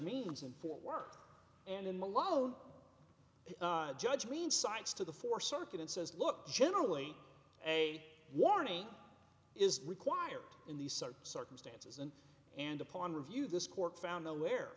means in fort worth and him alone judge green signs to the four circuit and says look generally a warning is required in these certain circumstances and and upon review this court found nowhere